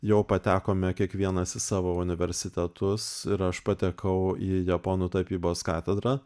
jau patekome kiekvienas į savo universitetus ir aš patekau į japonų tapybos katedrą